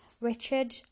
Richard